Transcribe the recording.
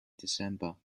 december